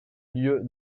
lieu